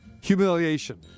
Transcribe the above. Humiliation